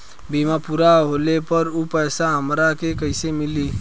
बीमा पूरा होले पर उ पैसा हमरा के कईसे मिली?